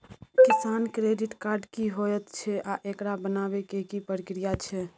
किसान credit card की होयत छै आ एकरा बनाबै के की प्रक्रिया छै?